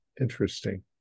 Interesting